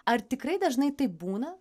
ar tikrai dažnai taip būna